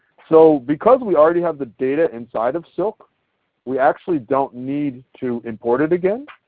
so because we already have the data inside of silk we actually don't need to import it again.